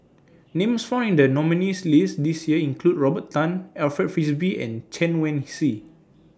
Names found in The nominees' list This Year include Robert Tan Alfred Frisby and Chen Wen Hsi